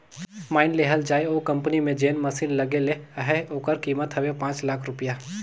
माएन लेहल जाए ओ कंपनी में जेन मसीन लगे ले अहे ओकर कीमेत हवे पाच लाख रूपिया